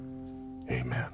Amen